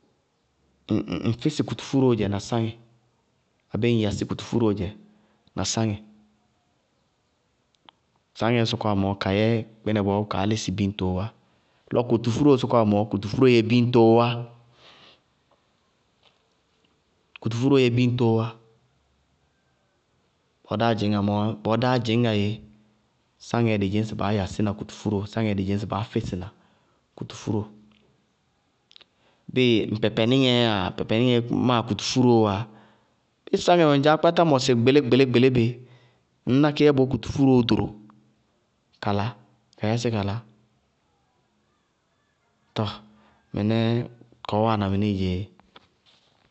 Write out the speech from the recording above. Ŋ físɩ kutufúróo dzɛ na sáŋɛ, abéé ŋ yasí kutufúróo dzɛ na sáŋɛ. Sáŋɛɛ sɔkɔwá mɔɔ, kayɛ kpínɛ bɔɔ káá lísɩ bíñtoó wá, lɔ kutufúróo sɔkɔwá mɔɔ, kutufúróo yɛ bíñtoó wá, kutufúróo, bɔɔ dáá dzɩñŋá mɔɔ, bɔɔ dáá dzɩñŋá éé, sáŋɛ dɩ dzɩñŋsɩ baá yasína kutufúróo, sáŋɛɛ dɩ dzɩñŋsɩ baá físɩna kutufúróo. Bíɩ ŋ pɛpɛníŋɛɛ yáa pɛpɛníŋɛ máa kutufúróo wáa ñŋ sáŋɛ wɛ ŋdzaá, kpátá mɔsɩ gbɩlí-gbɩlí bɩ ŋñná kéé yá bɔɔ kutufúróo ɖoro kala ka yasí kala, too mɩnɛɛ kɔɔ wáana mɩníɩ dzɛ éé.